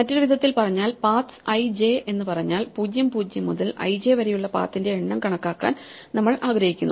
മറ്റൊരു വിധത്തിൽ പറഞ്ഞാൽ pathsi j എന്ന് പറഞ്ഞാൽ 0 0 മുതൽi j വരെയുള്ള പാത്തിന്റെ എണ്ണം കണക്കാക്കാൻ നമ്മൾ ആഗ്രഹിക്കുന്നു